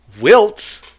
wilt